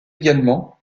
également